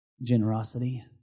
Generosity